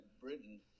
Britain